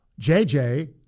JJ